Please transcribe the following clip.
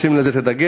לשים על זה את הדגש,